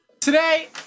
today